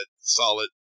solid